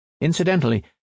Incidentally